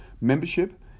membership